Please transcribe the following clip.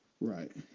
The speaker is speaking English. Right